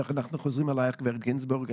אנחנו חוזרים אלייך, גברת גינזבורג.